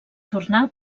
tornar